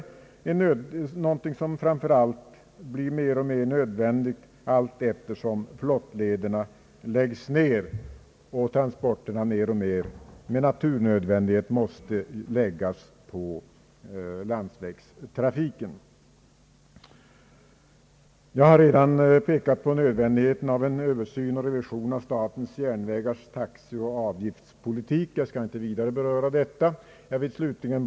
Allteftersom flottlederna läggs ner måste transporterna med nödvändighet gå mer och mer på landsvägarna. Jag har redan pekat på nödvändigheten av en översyn och revision av statens järnvägars taxeoch avgiftspolitik, och jag skall inte vidare beröra den saken.